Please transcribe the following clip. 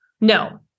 No